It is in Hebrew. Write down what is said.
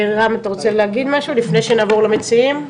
רם, אתה רוצה להגיד משהו לפני שנעבור למציעים?